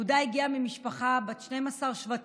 יהודה הגיע ממשפחה בת 12 שבטים,